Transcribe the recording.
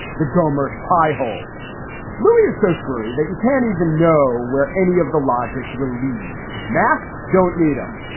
the gohmert pie hole movie is so screwy that you can't even know where any of the logic will lead. masks don't need them.